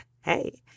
hey